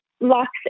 locks